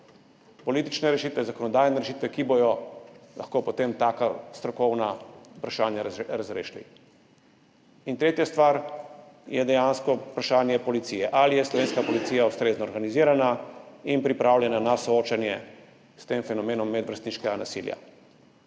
politične rešitve, zakonodajne rešitve, ki bodo lahko potem taka strokovna vprašanja razrešile. Tretja stvar je dejansko vprašanje policije, ali je slovenska policija ustrezno organizirana in pripravljena na soočenje s tem fenomenom medvrstniškega nasilja.